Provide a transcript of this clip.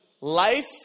life